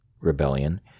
Rebellion